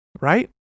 right